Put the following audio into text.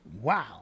wow